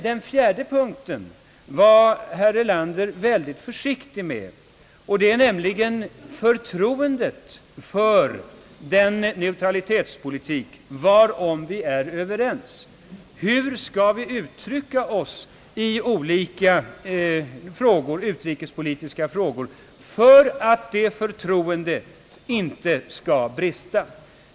Den fjärde punkten var emellertid herr Erlander mycket försiktig med, nämligen den som gäller förtroendet för den neu tralitetspolitik varom vi är överens. Hur skall vi uttrycka oss i olika utrikespolitiska frågor för att det förtroendet inte skall rubbas?